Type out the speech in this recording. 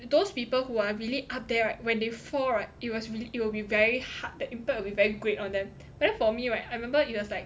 those people who are really up there right when they fall right it was really it will be very hard the impact will be very great on them but then for me right I remember it was like